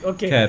Okay